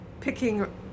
picking